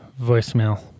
voicemail